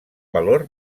valor